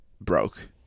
broke